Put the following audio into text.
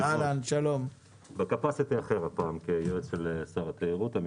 הפעם אני מופיע כאן כיועץ של שר התיירות.